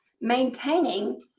maintaining